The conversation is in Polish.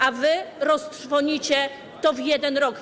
A wy roztrwonicie to w 1 rok.